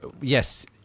yes